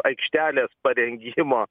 aikštelės parengimo